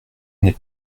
n’est